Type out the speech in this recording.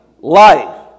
life